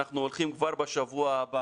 אנחנו הולכים כבר בשבוע הבא